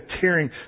tearing